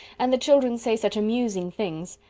and the children say such amusing things.